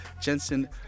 Jensen